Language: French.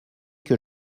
que